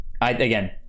again